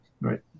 Right